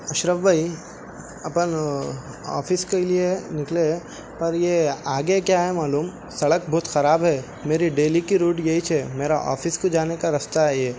اشرف بھائی اپن آفس کے لئے نکلے پر یہ آگے کیا ہے معلوم سڑک بہت خراب ہے میری ڈیلی کی روٹ یہی ہے میرا آفس کو جانے کا رستہ ہے یہ